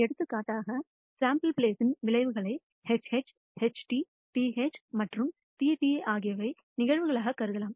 எடுத்துக்காட்டாக சேம்பிள் ப்ளேஸ் இன் விளைவுகளை HH HT TH மற்றும் TT ஆகியவை நிகழ்வுகளாகக் கருதலாம்